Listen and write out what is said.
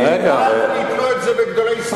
אל תתלו את זה בגדולי ישראל,